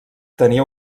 tenia